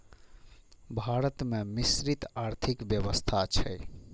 भारत मे मिश्रित आर्थिक व्यवस्था छै